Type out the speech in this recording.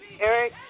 Eric